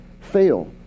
fail